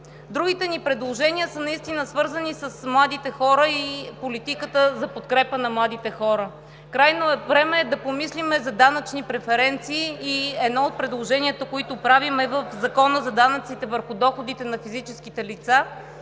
Другите ни предложения наистина са свързани с младите хора и политиката за подкрепа на младите хора. Крайно време е да помислим за данъчни преференции и едно от предложенията, които правим, е в Закона за данъците върху доходите на физическите лица,